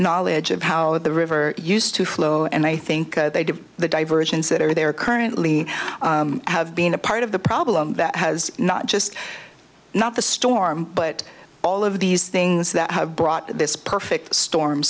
knowledge of how the river used to flow and i think they did the diversions that are there currently have been a part of the problem that has not just not the storm but all of these things that have brought this perfect storm